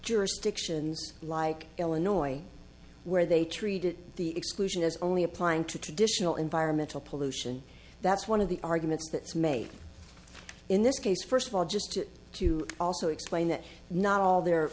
jurisdictions like illinois where they treated the exclusion as only applying to traditional environmental pollution that's one of the arguments that is made in this case first of all just to to also explain that not all their